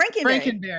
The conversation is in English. Frankenberry